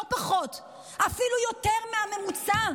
לא פחות ואפילו יותר מהממוצע.